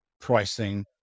pricing